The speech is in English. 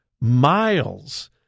miles